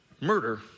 murder